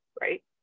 right